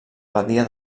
badia